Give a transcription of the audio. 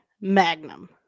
Magnum